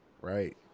Right